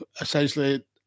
essentially